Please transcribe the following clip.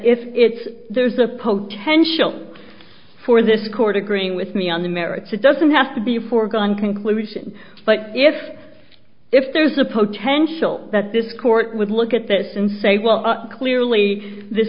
if it's there's a poke tensional for this court agreeing with me on the merits it doesn't have to be a foregone conclusion but if if there's a potential that this court would look at this and say well clearly the